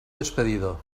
despedido